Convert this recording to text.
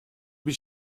bir